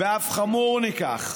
ואף חמור מכך,